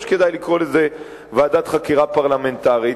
שכדאי לקרוא לזה "ועדת חקירה פרלמנטרית",